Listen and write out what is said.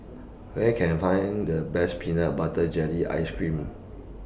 Where Can I Find The Best Peanut Butter Jelly Ice Cream